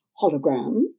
hologram